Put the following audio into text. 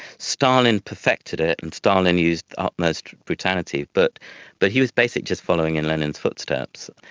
stalin perfected it and stalin used utmost brutality, but but he was basically just following in lenin's footsteps.